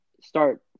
start